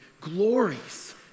glories